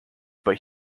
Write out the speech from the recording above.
but